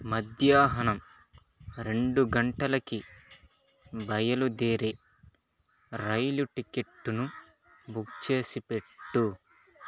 మధ్యాహ్నం రెండు గంటలకి బయలుదేరే రైలు టిక్కెట్ను బుక్ చేసిపెట్టు